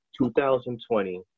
2020